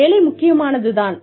வேலை முக்கியமானது தான்